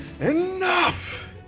Enough